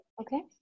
Okay